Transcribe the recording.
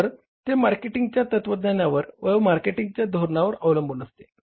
तर ते मार्केटिंगच्या तत्वज्ञानावर व मार्केटिंगच्या धोरणावर अवलूंबून असते